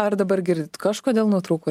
ar dabar girdit kažkodėl nutrūko